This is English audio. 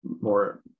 more